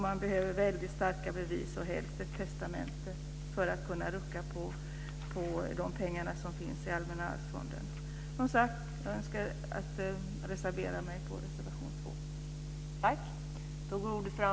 Man behöver väldigt starka bevis och helst ett testamente för att kunna rucka på de pengar som finns i Allmänna arvsfonden. Jag yrkar bifall till reservation 2.